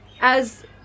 As-